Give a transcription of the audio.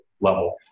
level